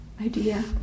idea